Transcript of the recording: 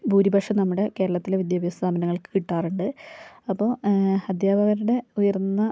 ഭൂരിപക്ഷം നമ്മുടെ കേരളത്തിലെ വിദ്യാഭ്യാസ സ്ഥാപനങ്ങൾക്ക് കിട്ടാറുണ്ട് അപ്പോൾ അധ്യാപകരുടെ ഉയർന്ന